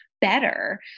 better